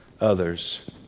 others